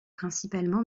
principalement